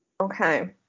Okay